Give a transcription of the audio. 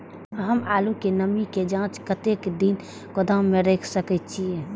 हम आलू के नमी के जाँच के कतेक दिन गोदाम में रख सके छीए?